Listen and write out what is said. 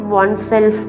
oneself